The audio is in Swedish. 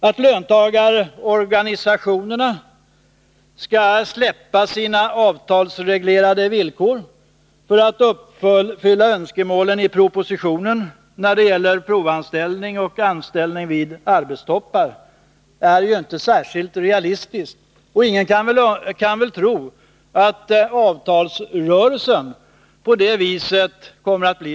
Att löntagarorganisationerna skall släppa sina avtalsreglerade villkor för att uppfylla önskemålen i propositionen när det gäller provanställning och anställning vid arbetstoppar är ju inte särskilt realistiskt. Ingen tror väl att avtalsrörelsen på det viset blir lättare.